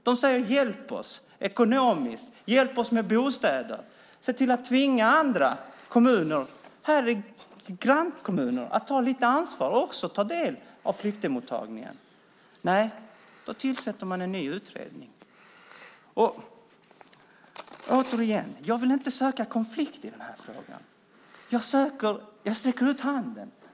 De säger: Hjälp oss ekonomiskt. Hjälp oss med bostäder. Se till att tvinga grannkommuner och andra kommuner att ta lite ansvar och också ta del av flyktingmottagningen. Då tillsätter man en ny utredning. Återigen: Jag vill inte söka konflikt i denna fråga. Jag sträcker ut handen.